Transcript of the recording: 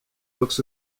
box